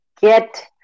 get